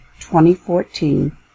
2014